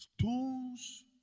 stones